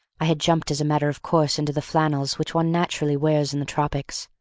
i had jumped as a matter of course into the flannels which one naturally wears in the tropics.